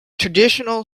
traditional